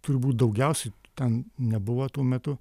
turi būt daugiausiai ten nebuvo tuo metu